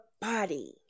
body